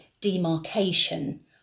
demarcation